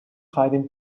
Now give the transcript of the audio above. hiding